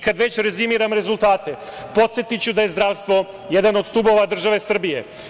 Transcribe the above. Kad već rezimiram rezultate, podsetiću da je zdravstvo jedan od stubova države Srbije.